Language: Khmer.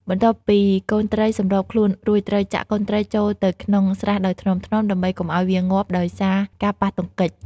បន្ទាប់ពីកូនត្រីសម្របខ្លួនរួច ត្រូវចាក់កូនត្រីចូលទៅក្នុងស្រះដោយថ្នមៗ ដើម្បីកុំឲ្យវាស្លាប់ដោយសារការប៉ះទង្គិច។